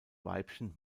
weibchen